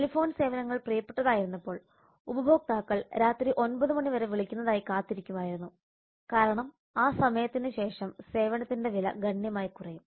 telephone സേവനങ്ങൾ പ്രിയപ്പെട്ടതായിരുന്നപ്പോൾ ഉപഭോക്താക്കൾ രാത്രി 9 മണി വരെ വിളിക്കുന്നതിനായി കാത്തിരിക്കുമായിരുന്നു കാരണം ആ സമയത്തിന് ശേഷം സേവനത്തിന്റെ വില ഗണ്യമായി കുറയും